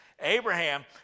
Abraham